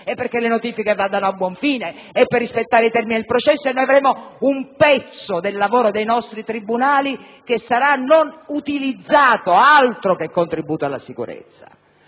per le notifiche, perché vadano a buon fine e siano rispettati i termini del processo. Noi avremo un pezzo del lavoro dei nostri tribunali che sarà non utilizzato: altro che contributo alla sicurezza!